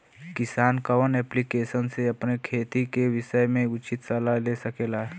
किसान कवन ऐप्लिकेशन से अपने खेती के विषय मे उचित सलाह ले सकेला?